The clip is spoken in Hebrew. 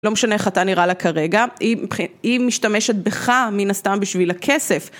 לא משנה איך אתה נראה לה כרגע, היא מבחי.. היא משתמשת בך, מן הסתם, בשביל הכסף.